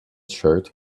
shirt